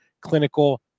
clinical